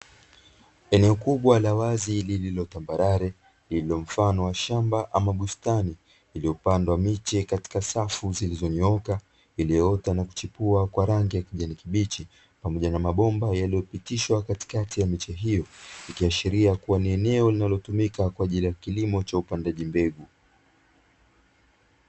Eneo kubwa la wazi lililo tambarare mfano wa shamba ama bustani ilipandwa miche katika safu zilizonyooka, iliyoota na kuchipua kwa rangi ya kijani kibichi pamoja na mabomba yaliyopitishwa katikati ya miche hiyo ikiashiria kuwa ni eneo linalotumika kwa ajili ya kilimo cha upandaji mbegu.